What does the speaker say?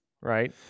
right